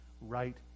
right